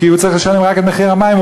כי הוא צריך לשלם רק את מחיר המים,